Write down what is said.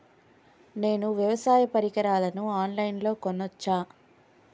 నేను వ్యవసాయ పరికరాలను ఆన్ లైన్ లో కొనచ్చా?